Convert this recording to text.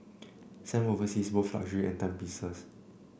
Sam oversees both luxury and timepieces